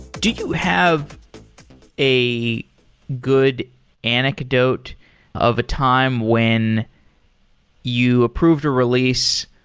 do you have a good anecdote of a time when you approved a release,